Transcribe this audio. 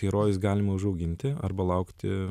herojus galima užauginti arba laukti